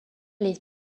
les